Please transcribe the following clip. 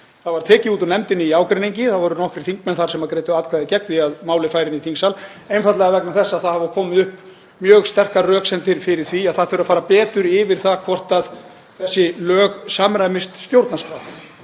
Það var tekið út úr nefndinni í ágreiningi. Það voru nokkrir þingmenn sem greiddu atkvæði gegn því að málið færi inn í þingsal, einfaldlega vegna þess að það hafa komið upp mjög sterkar röksemdir fyrir því að það þurfi að fara betur yfir það hvort frumvarpið samræmist stjórnarskrá.